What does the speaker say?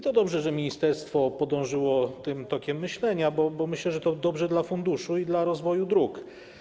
To dobrze, że ministerstwo podążyło tym tokiem myślenia, bo - jak myślę - to dobrze dla funduszu i dla rozwoju dróg.